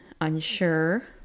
unsure